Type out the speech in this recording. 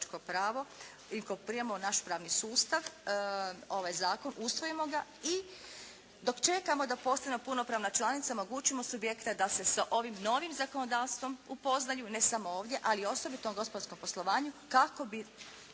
trgovačko pravo i kod prijema u naš pravni sustav ovaj Zakon usvojimo ga i dok čekamo da postanemo punopravna članica omogućimo subjekte da se sa ovim novim zakonodavstvom upoznaju ne samo ovdje, ali osobito u gospodarskom poslovanju kako bi